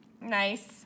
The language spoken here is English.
Nice